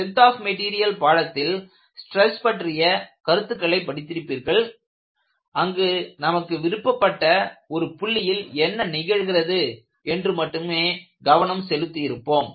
strength of material பாடத்தில் stress பற்றிய கருத்துருக்களை படித்திருப்பீர்கள் அங்கு நமக்கு விருப்பப்பட்ட ஒரு புள்ளியில் என்ன நிகழ்கிறது என்று மட்டுமே கவனம் செலுத்தி இருப்போம்